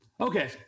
Okay